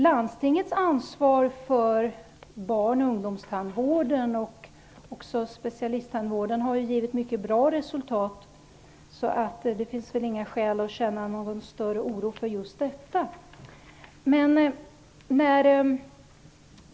Landstingets ansvar för barn och ungdomstandvård och specialisttandvård har ju givit mycket bra resultat, så det finns väl inga skäl att känna någon större oro för just detta.